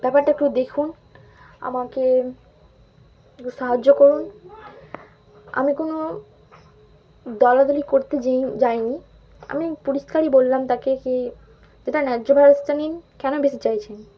ব্যাপারটা একটু দেখুন আমাকে একটু সাহায্য করুন আমি কোনো দলাদলি করতে যাইনি আমি পরিষ্কারই বললাম তাকে কি যেটা ন্যায্য ভারতটা নিন কেন বেশি চাইছেন